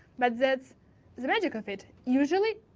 but that's the magic of it. usually,